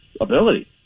ability